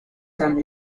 tan